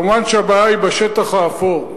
מובן שהבעיה היא בשטח האפור.